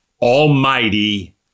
Almighty